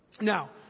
Now